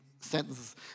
Sentences